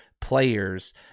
players